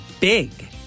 big